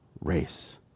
race